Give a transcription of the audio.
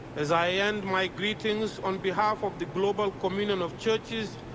as i end my greetings on behalf of the global communion of churches,